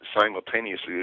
simultaneously